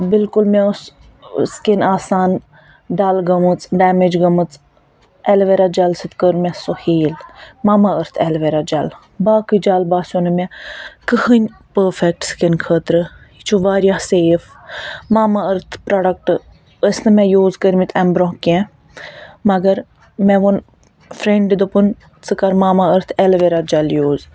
بِلکُل مےٚ ٲسۍ سِکن آسان ڈَل گٔمٕژ ڈیٚمیج گٔمٕژ ایلویرا جَل سۭتۍ کٔر مےٚ سۅ ہیٖل ماما أرتھ ایلویرا جَل باقٕے جَل باسٮ۪و نہٕ مےٚ کٕہٕنۍ پٔرفیٚکٹ سِکن خٲطرٕ یہِ چھُ واریاہ سیف ماما أرتھ پرٛوڈَکٹہٕ ٲسۍ نہٕ مےٚ یوٗز کٔرمٕتۍ اَمہِ برٛونٛہہ کیٚنٛہہ مگر مےٚ ووٚن فرینڈِ دوٚپُن ژٕ کَر Mamaearth aloe vera gel use